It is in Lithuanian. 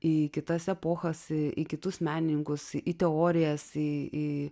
į kitas epochas į kitus menininkus į teorijas į